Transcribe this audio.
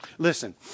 Listen